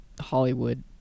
Hollywood